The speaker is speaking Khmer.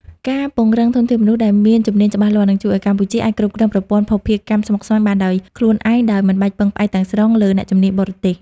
ការពង្រឹងធនធានមនុស្សដែលមានជំនាញច្បាស់លាស់ នឹងជួយឱ្យកម្ពុជាអាចគ្រប់គ្រងប្រព័ន្ធភស្តុភារកម្មស្មុគស្មាញបានដោយខ្លួនឯង ដោយមិនបាច់ពឹងផ្អែកទាំងស្រុងលើអ្នកជំនាញបរទេស។